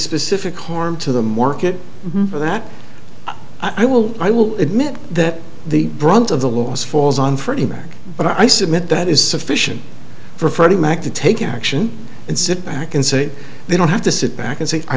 specific harm to the market for that i will i will admit that the brunt of the loss falls on freddie mac but i submit that is sufficient for freddie mac to take action and sit back and say they don't have to sit back and say i